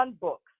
books